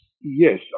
Yes